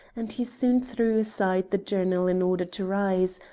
and he soon threw aside the journal in order to rise,